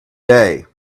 day